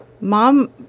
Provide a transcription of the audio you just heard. Mom